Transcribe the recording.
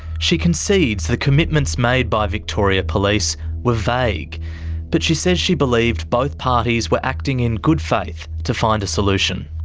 she concedes the commitments made by victoria police were vague but says she believed both parties were acting in good faith to find a solution.